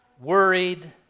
worried